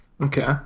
Okay